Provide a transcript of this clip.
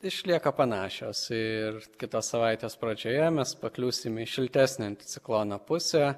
išlieka panašios ir kita savaitės pradžioje mes pakliūsim į šiltesnę anticiklono pusę